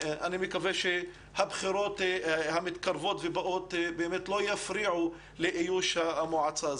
אני מקווה שהבחירות המתקרבות ובאות לא יפריעו לאיוש המועצה.